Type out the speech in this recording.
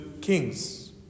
kings